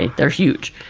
they're huge,